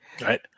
Right